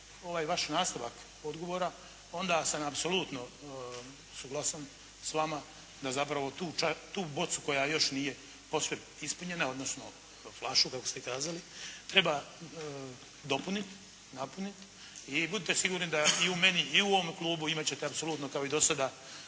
vaš nastavak odgovora onda sam apsolutno suglasan s vama, da zapravo tu bocu koja još nije posve ispunjena odnosno flašu kako ste kazali treba dopunit, napunit. I budite sigurno da i u meni i u ovome klubu imat ćete apsolutno kao i dosada